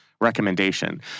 recommendation